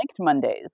Mondays